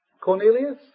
Cornelius